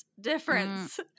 difference